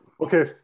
Okay